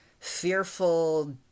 fearful